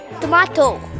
Tomato